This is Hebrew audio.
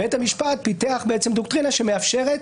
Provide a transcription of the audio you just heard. בית המשפט פיתח דוקטרינה שמאפשרת,